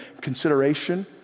consideration